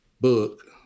book